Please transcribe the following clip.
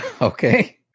Okay